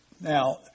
Now